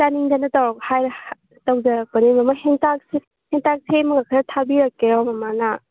ꯆꯥꯅꯤꯡꯗꯅ ꯇꯧꯔ ꯍꯥꯏꯔ ꯇꯧꯖꯔꯛꯄꯅꯦ ꯃꯃꯥ ꯍꯦꯟꯇꯥꯛꯁꯦ ꯍꯦꯟꯇꯥꯛ ꯁꯦꯝꯃꯒ ꯈꯔ ꯊꯥꯕꯤꯔꯛꯀꯦꯔꯥ ꯃꯃꯥꯅ